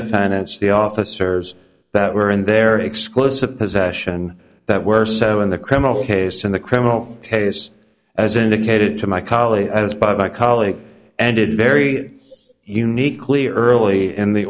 advantage the officers that were in their exclusive possession that were so in the criminal case in the criminal case as indicated to my colleague by my colleague and in very unique clear early in the